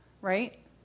right